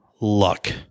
luck